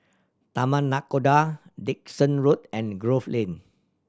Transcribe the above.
Taman Nakhoda Dickson Road and Grove Lane